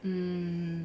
hmm